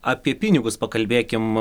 apie pinigus pakalbėkim